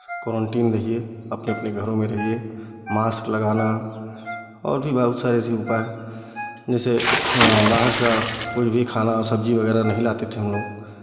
quarantine रहिए अपने अपने घरों में रहिए मास्क लगाना और भी बहुत सारी चीज़ों का जैसे बाहर से कोई भी खाना सब्जी वगैरह नहीं लाते थे हमलोग